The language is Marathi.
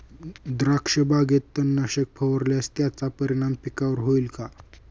द्राक्षबागेत तणनाशक फवारल्यास त्याचा परिणाम पिकावर होईल का?